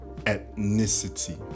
Ethnicity